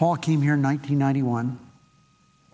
paul came here in one thousand ninety one